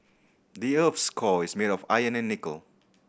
the earth's core is made of iron and nickel